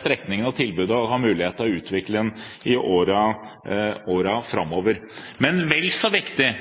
strekningen og tilbudet og har mulighet til å utvikle den i årene framover. Men vel så viktig